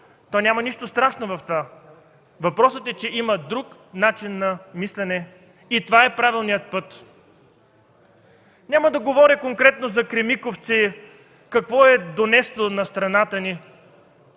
то няма нищо страшно в това. Въпросът е, че има друг начин на мислене и това е правилният път. Няма да говоря конкретно за „Кремиковци” какво е донесъл на страната ни,